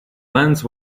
lens